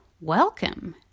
welcome